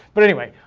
but anyway,